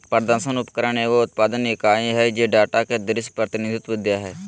प्रदर्शन उपकरण एगो उत्पादन इकाई हइ जे डेटा के दृश्य प्रतिनिधित्व दे हइ